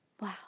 Wow